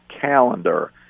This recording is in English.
calendar